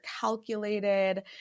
calculated